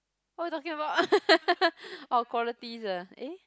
what you talking about orh qualities ah eh